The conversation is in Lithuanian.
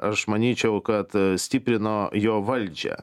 aš manyčiau kad stiprino jo valdžią